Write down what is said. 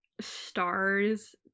stars